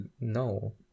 no